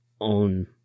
own